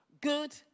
good